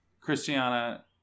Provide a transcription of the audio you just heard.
Christiana